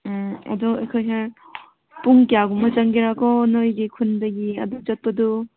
ꯎꯝ ꯑꯗꯨ ꯑꯩꯈꯣꯏꯁꯦ ꯄꯨꯡ ꯀꯌꯥꯒꯨꯝꯕ ꯆꯪꯒꯦꯔꯥꯀꯣ ꯅꯣꯏꯒꯤ ꯈꯨꯟꯗꯒꯤ ꯑꯗꯨ ꯆꯠꯄꯗꯨ